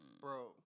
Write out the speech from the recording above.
bro